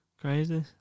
Crazy